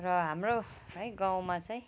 र हाम्रो है गाउँमा चाहिँ